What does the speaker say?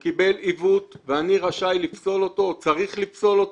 של הפיגום הוא קיבל עיוות ואני רשאי לפסול אותו כי